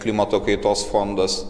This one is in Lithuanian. klimato kaitos fondas